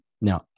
Now